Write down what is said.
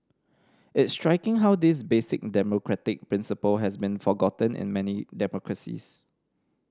it's striking how this basic democratic principle has been forgotten in many democracies